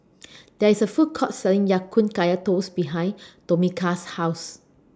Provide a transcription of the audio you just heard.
There IS A Food Court Selling Ya Kun Kaya Toast behind Tomika's House